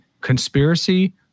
conspiracy